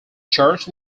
church